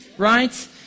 Right